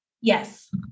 Yes